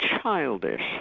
childish